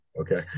Okay